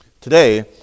Today